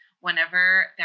whenever